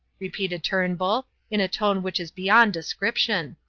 repeated turnbull, in a tone which is beyond description.